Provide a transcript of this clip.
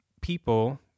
people